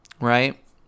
Right